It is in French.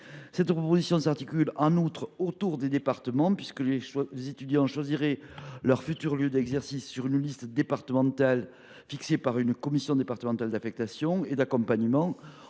notre proposition s’articule autour des départements. Les étudiants choisiraient leur futur lieu d’exercice sur une liste fixée par une commission départementale d’affectation et d’accompagnement.